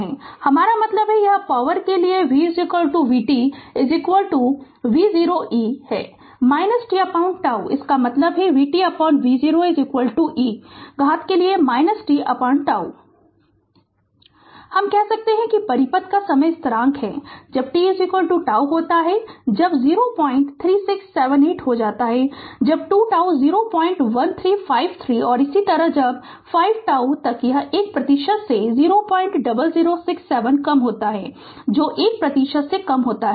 हमारा मतलब है कि यह पॉवर के लिए v vt v0 e है tτ इसका मतलब है vtv0 e घात के लिए tτ Refer Slide Time 1359 हम कह सकते हैं कि परिपथ का समय स्थिरांक है जब t τ होता है कि जब 03678 हो जाता है जब 2 τ 01353 और इसी तरह जब 5 τ तक यह 1 प्रतिशत से 00067 कम होता है जो 1 प्रतिशत से कम होता है